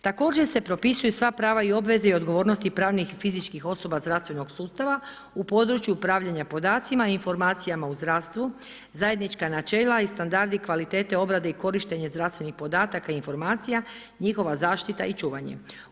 Također se propisuju sva prava i obveze i odgovornosti pravnih i fizičkih osoba zdravstvenog sustava u području upravljanja podacima i informacijama u zdravstvu, zajednička načela i standardi kvalitete, obrade i korištenje zdravstvenih podataka i informacija, njihova zaštita i čuvanje.